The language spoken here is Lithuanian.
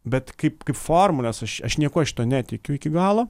bet kaip kaip formulės aš aš niekuo šituo netikiu iki galo